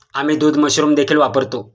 आम्ही दूध मशरूम देखील वापरतो